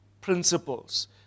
principles